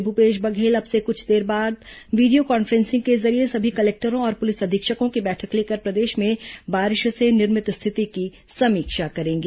मुख्यमंत्री भूपेश बघेल अब से कुछ देर बाद वीडियो कॉन्फ्रॅसिंग के जरिये सभी कलेक्टरों और पुलिस अधीक्षकों की बैठक लेकर प्रदेश में बारिश से निर्मित स्थिति की समीक्षा करेंगे